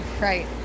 Right